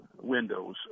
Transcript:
windows